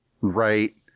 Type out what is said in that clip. Right